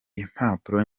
impapuro